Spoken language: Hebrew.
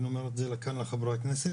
אני אומר את זה כאן לחברי הכנסת,